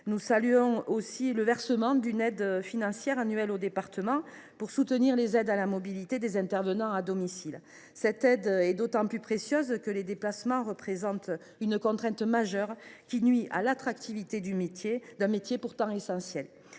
Nous saluons également le versement d’une aide financière annuelle aux départements pour soutenir les aides à la mobilité des intervenants à domicile. Cette aide est d’autant plus précieuse que les déplacements représentent une contrainte majeure, qui nuit à l’attractivité d’un métier pourtant essentiel.